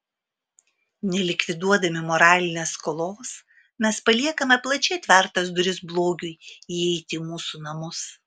nelikviduodami moralinės skolos mes paliekame plačiai atvertas duris blogiui įeiti į mūsų namus